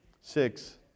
six